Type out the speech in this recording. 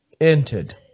Entered